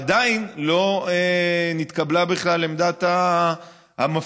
עדיין לא התקבלה בכלל עמדת המפכ"ל,